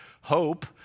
hope